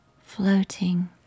floating